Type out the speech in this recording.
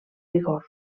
vigor